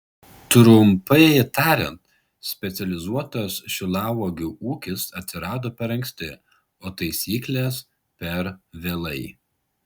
trumpai tariant specializuotas šilauogių ūkis atsirado per anksti o taisyklės per vėlai